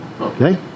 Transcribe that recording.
Okay